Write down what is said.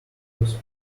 pinches